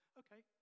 okay